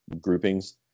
groupings